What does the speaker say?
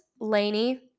Laney